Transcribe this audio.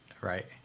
Right